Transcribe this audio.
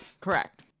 Correct